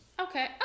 Okay